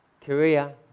Korea